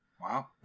Wow